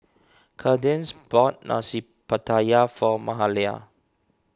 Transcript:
Cadence bought Nasi Pattaya for Mahalia